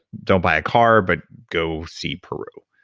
don't buy a car, but go see peru,